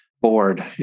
bored